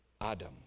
Adam